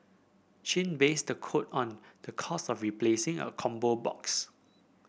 chin based the quote on the cost of replacing a combo box